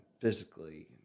physically